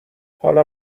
حالا